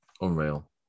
Unreal